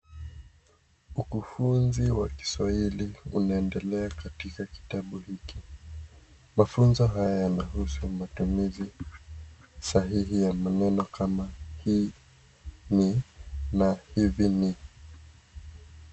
Ukufunzi ya kiswahili unaendelea katika kitabu hiki. Mafunzo haya yanahusu matumizi sahihi ya maneno kama, hii ni na hivi ni.